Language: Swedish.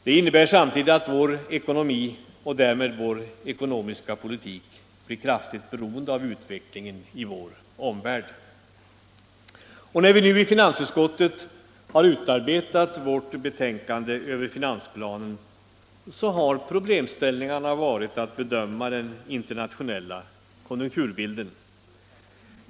Det innebär samtidigt att vår ekonomi, och därmed vår ekonomiska politik, blir kraftigt beroende av utvecklingen i vår omvärld. När vi nu i finansutskottet har utarbetat vårt betänkande över finansplanen, har problemställningen varit att bedöma den internationella konjunkturbilden.